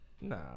Nah